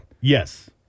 Yes